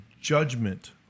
judgment